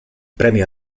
premio